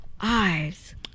eyes